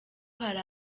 hari